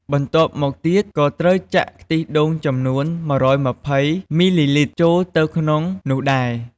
បន្ទាប់មកទៀតក៏ត្រូវចាក់ខ្ទិះដូងចំនួន ១២០ មីលីលីត្រចូលទៅក្នុងនោះដែរ។